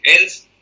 else